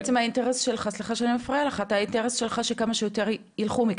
האינטרס שלך שכמה שיותר יילכו מכאן.